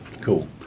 Cool